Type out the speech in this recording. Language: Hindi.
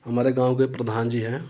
हमारे गाँव के प्रधान जी हैं